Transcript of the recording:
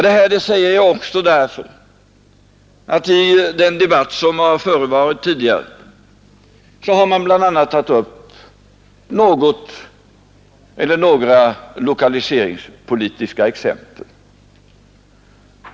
Detta säger jag också därför att man i den debatt som har förevarit tidigare bl.a. har tagit upp några lokaliseringspolitiska exempel.